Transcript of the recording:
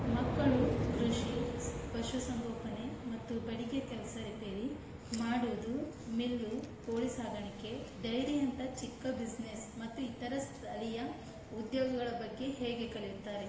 ಮಕ್ಕಳು ಕೃಷಿ ಸ್ ಪಶುಸಂಗೋಪನೆ ಮತ್ತು ಬಡಿಗೆ ಕೆಲಸ ರಿಪೇರಿ ಮಾಡುವುದು ಮಿಲ್ಲು ಕೋಳಿ ಸಾಕಾಣಿಕೆ ಡೈರಿಯಂಥ ಚಿಕ್ಕ ಬಿಸ್ನೆಸ್ ಮತ್ತು ಇತರ ಸ್ಥಳೀಯ ಉದ್ಯೋಗಗಳ ಬಗ್ಗೆ ಹೇಗೆ ಕಲಿಯುತ್ತಾರೆ